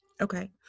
Okay